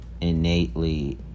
innately